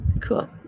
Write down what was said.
cool